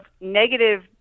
negative